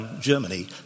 Germany